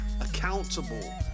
accountable